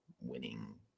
winning